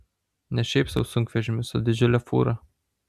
ne šiaip sau sunkvežimis o didžiulė fūra